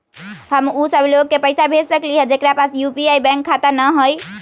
हम उ सब लोग के पैसा भेज सकली ह जेकरा पास यू.पी.आई बैंक खाता न हई?